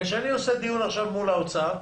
וכשאני עושה דיון מול האוצר,